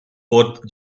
both